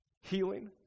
healing